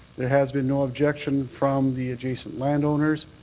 there has been no objection from the adjacent landowners.